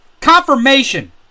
Confirmation